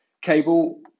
Cable